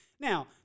Now